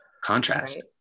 Contrast